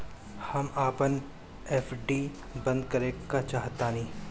हम अपन एफ.डी बंद करेके चाहातानी